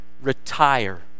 retire